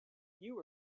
you